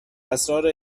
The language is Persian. اسرار